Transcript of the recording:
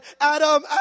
Adam